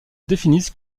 définissent